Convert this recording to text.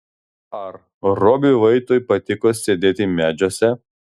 ar robiui vaitui patiko sėdėti medžiuose